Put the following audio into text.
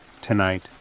Tonight